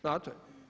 Znate.